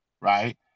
Right